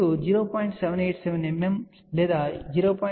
787 మిమీ లేదా 0